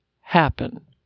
happen